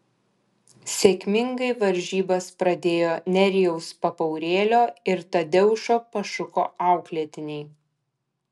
sėkmingai varžybas pradėjo nerijaus papaurėlio ir tadeušo pašuko auklėtiniai